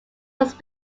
must